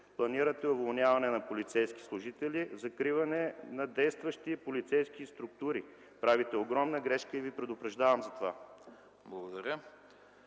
планирате уволняване на полицейски служители, закриване на действащи полицейски структури. Правите огромна грешка и Ви предупреждавам за това.